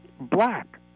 black